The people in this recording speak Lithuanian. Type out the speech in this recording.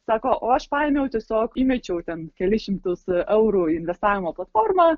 sako o aš paėmiau tiesiog įmečiau ten kelis šimtus eurų į investavimo platformą